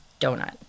donut